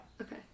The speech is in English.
Okay